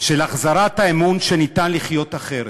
של החזרת האמון שאפשר לחיות אחרת.